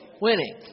winning